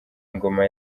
ingoma